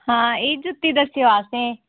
हां एह् जुत्ती दस्सेओ असें ई